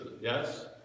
Yes